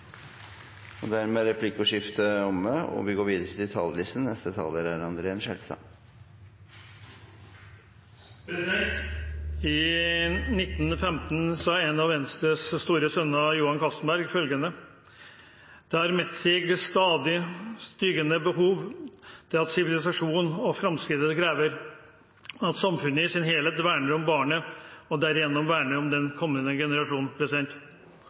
Replikkordskiftet er omme. I 1914 sa en av Venstres store sønner, Johan Castberg, følgende: «Det har meldt sig med stadig stigende styrke, at civilisationen og fremskridtet kræver, at samfundet i sin helhet verner om barnet og derigjennom verner om den kommende